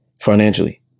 financially